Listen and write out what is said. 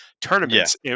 tournaments